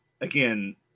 again